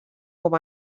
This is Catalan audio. com